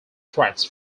tracks